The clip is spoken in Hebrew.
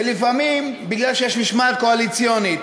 ולפעמים בגלל שיש משמעת קואליציוניות.